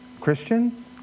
Christian